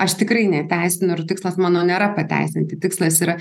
aš tikrai neteisinu ir tikslas mano nėra pateisinti tikslas yra